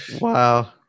wow